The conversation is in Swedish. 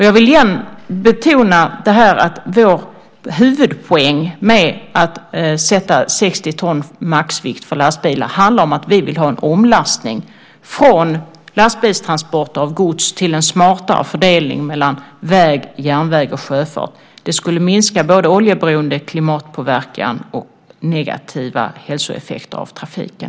Jag vill igen betona att vår huvudpoäng med att sätta 60 ton som maxvikt för lastbilar handlar om att vi vill ha en omlastning från lastbilstransporter av gods till en smartare fördelning mellan väg, järnväg och sjöfart. Det skulle minska både oljeberoende, klimatpåverkan och negativa hälsoeffekter av trafiken.